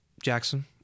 Jackson